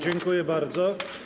Dziękuję bardzo.